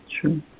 true